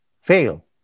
fail